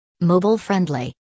Mobile-Friendly